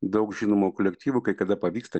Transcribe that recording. daug žinomų kolektyvų kai kada pavyksta